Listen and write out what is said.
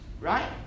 right